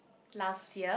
last year